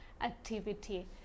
activity